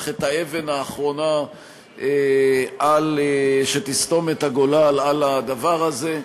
את האבן האחרונה שתסתום את הגולל על הדבר הזה.